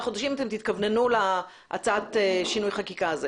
חודשים אתם תתכווננו להצעת שינוי חקיקה הזאת.